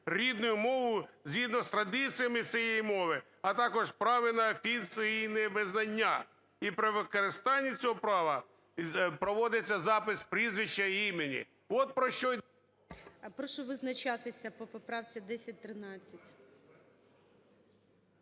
рідною мовою згідно з традиціями цієї мови, а також право на офіційне визнання, і при використанні цього права проводиться запис прізвища і імені.